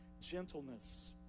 gentleness